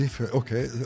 Okay